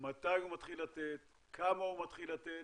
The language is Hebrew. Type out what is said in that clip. מתי הוא מתחיל לתת, כמה הוא מתחיל לתת,